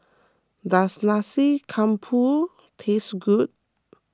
does Nasi Campur tastes good